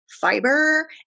fiber